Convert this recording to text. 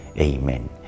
Amen